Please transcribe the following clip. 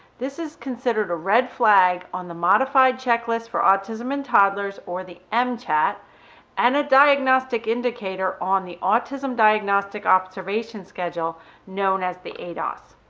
this is considered a red flag on the modified checklist for autism and toddlers or the m-chat and a diagnostic indicator on the autism diagnostic observation schedule known as the ados.